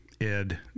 ed